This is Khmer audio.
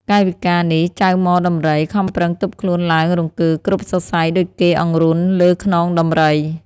កាយវិការនេះចៅហ្មដំរី ខំប្រឹងទប់ខ្លួនឡើងរង្គើគ្រប់សរសៃដូចគេអង្រន់លើខ្នង ដំរី។